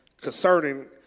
concerning